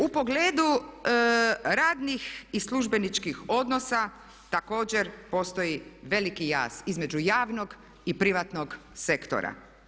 U pogledu radnih i službeničkih odnosa također postoji veliki jaz između javnog i privatnog sektora.